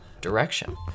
direction